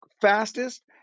fastest